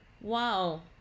Wow